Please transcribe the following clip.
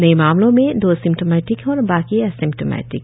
नए मामलों में दो सिम्टोमेटिक है और बाकी एसिम्टोमेटिक